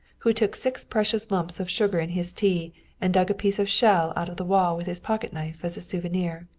who took six precious lumps of sugar in his tea and dug a piece of shell out of the wall with his pocketknife as a souvenir.